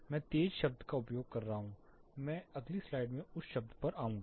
मैं तेज शब्द का उपयोग कर रहा हूं मैं अगली स्लाइड में उस शब्द पर आऊंगा